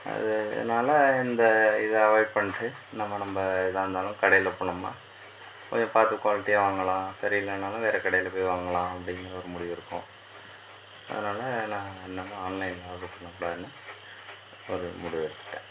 அதனால இந்த இதை அவாய்ட் பண்ணிட்டு இன்னமே நம்ம எதாக இருந்தாலும் கடையில போனோம்னால் போய் பார்த்து குவாலிட்டியாக வாங்கலாம் சரி இல்லைனாலும் வேற கடையில போய் வாங்கலாம் அப்படிங்கிற ஒரு முடிவு இருக்கும் அதனால நான் இன்னமே ஆன்லைன்ல ஆர்டர் பண்ண கூடாதுனு ஒரு முடிவு எடுத்துவிட்டேன்